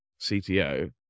CTO